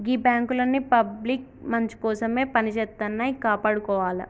గీ బాంకులన్నీ పబ్లిక్ మంచికోసమే పనిజేత్తన్నయ్, కాపాడుకోవాల